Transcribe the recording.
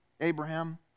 Abraham